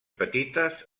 petites